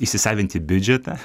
įsisavinti biudžetą